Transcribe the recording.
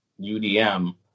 UDM